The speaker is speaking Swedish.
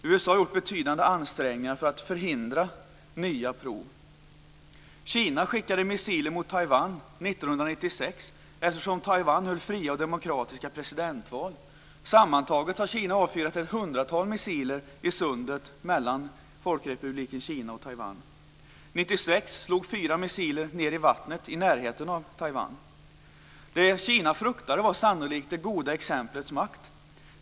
USA har gjort betydande ansträngningar för att förhindra nya prov. Kina skickade missiler mot Taiwan 1996, eftersom Taiwan höll fria och demokratiska presidentval. Sammantaget har Kina avfyrat ett hundratal missiler i sundet mellan Folkrepubliken Kina och Taiwan. 1996 Kina fruktade sannolikt det goda exemplets makt.